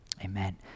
Amen